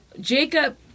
Jacob